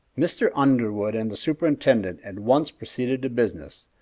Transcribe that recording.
mr. underwood and the superintendent at once proceeded to business,